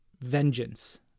vengeance